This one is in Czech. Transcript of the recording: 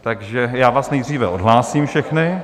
Takže já vás nejdříve odhlásím všechny.